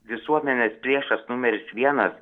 visuomenės priešas numeris vienas